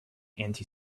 anti